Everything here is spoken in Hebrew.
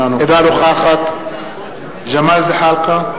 אינה נוכחת ג'מאל זחאלקה,